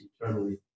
eternally